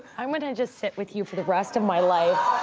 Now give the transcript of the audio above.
i'm gonna just sit with you for the rest of my life.